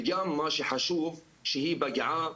וגם מה שחשוב שהיא פגעה